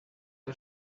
der